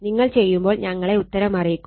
നിങ്ങൾ ചെയ്യുമ്പോൾ ഞങ്ങളെ ഉത്തരം അറിയിക്കുക